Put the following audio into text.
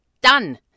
Done